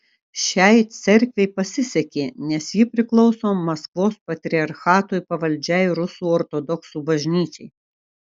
šiai cerkvei pasisekė nes ji priklauso maskvos patriarchatui pavaldžiai rusų ortodoksų bažnyčiai